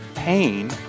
pain